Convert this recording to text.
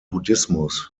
buddhismus